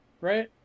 right